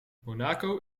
monaco